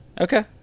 Okay